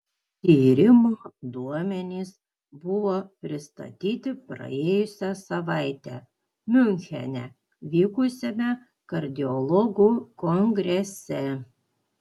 tyrimo duomenys buvo pristatyti praėjusią savaitę miunchene vykusiame kardiologų kongrese